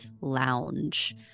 lounge